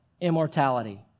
immortality